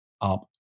up